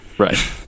Right